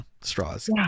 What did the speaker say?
straws